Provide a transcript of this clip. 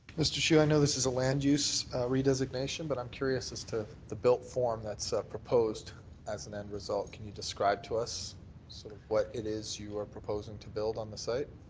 mr. chu, i know this is a land use redesignation, but i'm curious as to the built form that's proposed as an end result. could you describe to us sort of what it is you are proposing to build on the site?